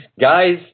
Guys